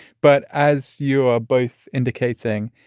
but as you are both indicating,